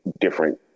different